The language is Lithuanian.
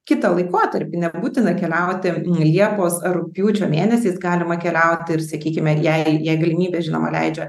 kitą laikotarpį nebūtina keliauti liepos ar rugpjūčio mėnesiais galima keliauti ir sakykime jei jei galimybės žinoma leidžia